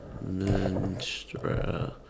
Menstrual